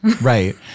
right